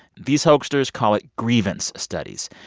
these hoaxers call it grievance studies.